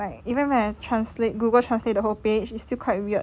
like even when I translate google translate the whole page is still quite weird